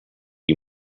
you